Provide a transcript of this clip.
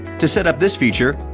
to set up this feature,